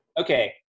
Okay